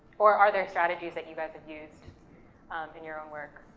or are there strategies that you guys have used in your own work?